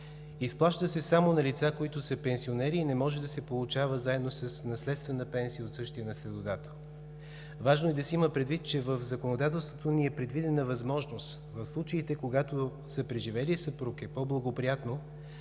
Изплаща се само на лица, които са пенсионери, и не може да се получава заедно с наследствена пенсия от същия наследодател. Важно е да се има предвид, че в законодателството ни е предвидена възможност в случаите, когато за съпреживелия съпруг е по-благоприятно,